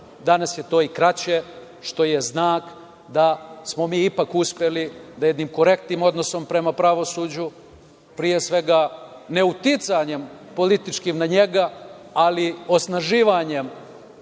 Danas je to i kraće, što je znak da smo mi ipak uspeli da jednim korektnim odnosom prema pravosuđu, pre svega, ne uticanjem političkim na njega, ali osnaživanjem